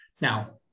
Now